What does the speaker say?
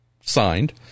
signed